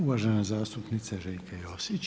Uvažena zastupnica Željka Josić.